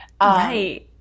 Right